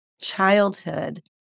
childhood